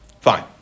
Fine